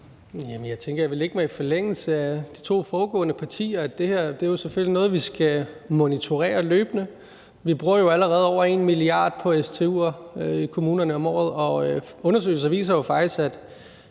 jeg vil lægge mig i forlængelse af de to foregående partier og sige, at det her selvfølgelig er noget, vi skal monitorere løbende. Vi bruger allerede over 1 mia. kr. på stu'er i kommunerne om året, og undersøgelser viser jo faktisk,